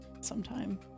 Sometime